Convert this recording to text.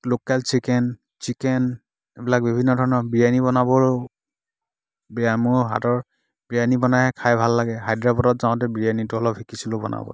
local chicken chicken এইবিলাক বিভিন্ন ধৰণৰ বিৰিয়ানি বনাবও বেয়া মোৰ হাতৰ বিৰিয়ানি বনাই খায় ভাল লাগে হায়দৰাবাদত যাওঁতে বিৰিয়ানিটো অলপ শিকিছিলোঁ বনাবলৈ